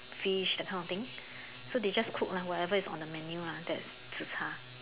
fish that kind of thing so they just cook lah whatever is on the menu lah that zi char